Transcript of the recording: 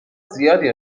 زیادی